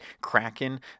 kraken